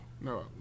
No